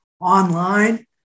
online